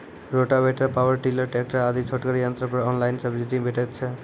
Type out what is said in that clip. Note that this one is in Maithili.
रोटावेटर, पावर टिलर, ट्रेकटर आदि छोटगर यंत्र पर ऑनलाइन सब्सिडी भेटैत छै?